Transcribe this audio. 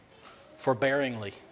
forbearingly